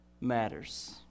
matters